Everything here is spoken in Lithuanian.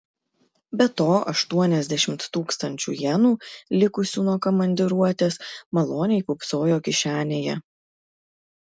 be to aštuoniasdešimt tūkstančių jenų likusių nuo komandiruotės maloniai pūpsojo kišenėje